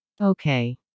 Okay